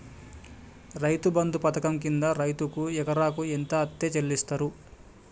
రైతు బంధు పథకం కింద రైతుకు ఎకరాకు ఎంత అత్తే చెల్లిస్తరు?